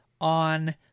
on